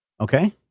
Okay